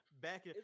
back